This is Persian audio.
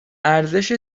ارزش